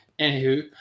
Anywho